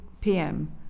pm